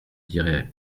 dirai